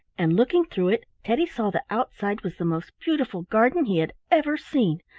and looking through it teddy saw that outside was the most beautiful garden he had ever seen.